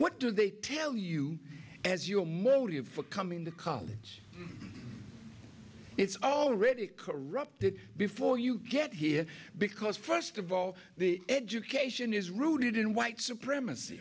what do they tell you as your motive for coming to college it's already corrupted before you get here because first of all the education is rooted in white supremacy